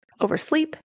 oversleep